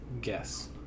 guess